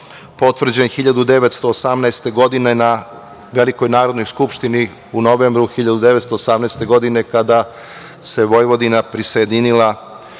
potvrđen 1918. godine, na velikoj narodnoj skupštini u novembru 1918. godine, kada se Vojvodina prisajedinila